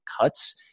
cuts